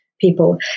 people